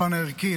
לפן הערכי,